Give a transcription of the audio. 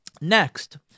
Next